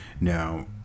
Now